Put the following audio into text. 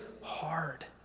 hard